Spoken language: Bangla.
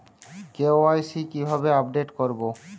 কে.ওয়াই.সি কিভাবে আপডেট করব?